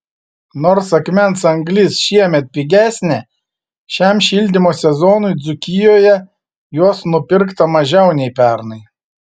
nors akmens anglis šiemet pigesnė šiam šildymo sezonui dzūkijoje jos nupirkta mažiau nei pernai